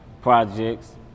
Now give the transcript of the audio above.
projects